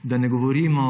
Da ne govorimo